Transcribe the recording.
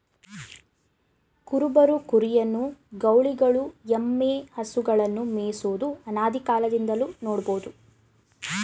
ಕುರುಬರು ಕುರಿಯನ್ನು, ಗೌಳಿಗಳು ಎಮ್ಮೆ, ಹಸುಗಳನ್ನು ಮೇಯಿಸುವುದು ಅನಾದಿಕಾಲದಿಂದಲೂ ನೋಡ್ಬೋದು